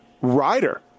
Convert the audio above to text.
rider